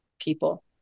people